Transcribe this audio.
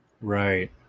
Right